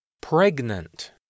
Pregnant